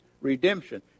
redemption